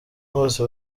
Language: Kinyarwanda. bose